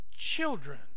children